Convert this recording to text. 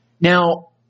Now